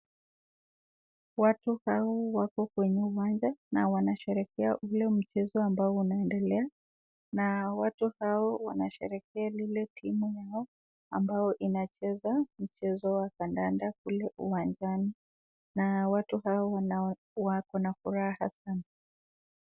Watu hawa wako kwenye uwanja na wana shabikia ule mchezo unao endelea na watu hao wanasherekea lile timu ambalo lina cheza mchezo wa kadanda uwanjani na watu hao wako na furaha sana.